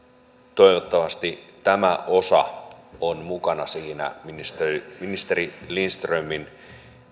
toivottavasti tämä osa on mukana siinä ministeri ministeri lindströmin